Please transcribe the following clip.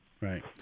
Right